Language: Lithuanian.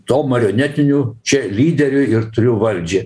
tuo marionetiniu čia lyderiui ir turiu valdžią